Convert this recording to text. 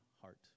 heart